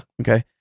Okay